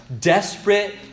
desperate